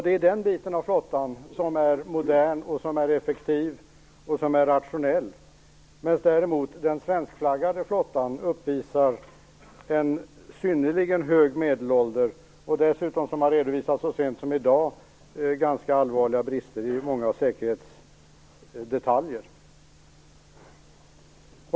Det är den delen av flottan som är modern, effektiv och rationell, medan däremot den svenskflaggade flottan uppvisar en synnerligen hög medelålder. Dessutom redovisade man så sent som i dag ganska allvarliga brister i många säkerhetsdetaljer.